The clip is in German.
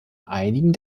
einigen